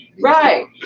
Right